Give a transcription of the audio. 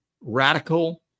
Radical